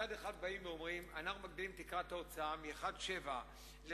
מצד אחד באים ואומרים: אנחנו מגדילים את תקרת ההוצאה מ-1.7 ל-3.05,